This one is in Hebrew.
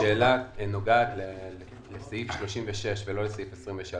השאלה נוגעת לסעיף 36 ולא לסעיף 23,